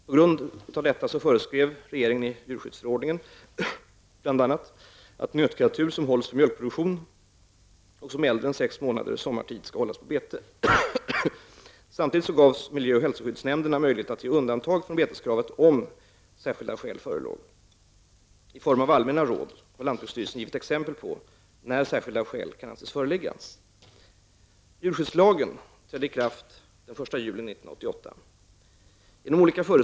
På grund härav föreskrev regeringen i djurskyddsförordningen bl.a. att nötkreatur som hålls för mjölkproduktion och som är äldre än sex månader sommartid skall hållas på bete. Samtidigt gavs miljö och hälsoskyddsnämnderna möjlighet att ge undantag från beteskravet om särskilda skäl förelåg. I form av allmänna råd har lantbruksstyrelsen givit exempel på när särskilda skäl kan anses föreligga.